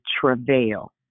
travail